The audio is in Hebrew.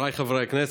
חבריי חברי הכנסת,